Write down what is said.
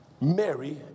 Mary